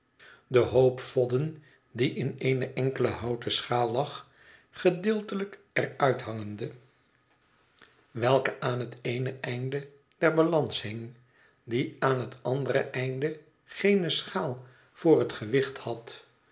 de hoop vodden die in eene enkele houten schaal lag gedeeltelijk er uit hangende welke aan het eene einde eener balans hing die aan het andere einde geene schaal voor het gewicht had